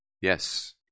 Yes